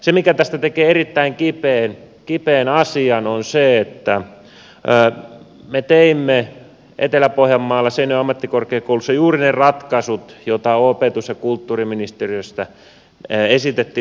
se mikä tästä tekee erittäin kipeän asian on se että me teimme etelä pohjanmaalla seinäjoen ammattikorkeakoulussa juuri ne ratkaisut joita opetus ja kulttuuriministeriöstä esitettiin toivottiin